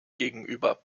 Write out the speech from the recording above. gegenüber